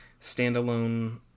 standalone